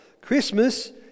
Christmas